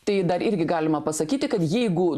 tai dar irgi galima pasakyti kad jeigu